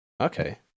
Okay